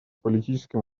политическим